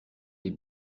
les